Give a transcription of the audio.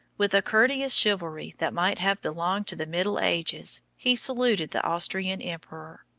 with a courteous chivalry that might have belonged to the middle ages, he saluted the austrian emperor.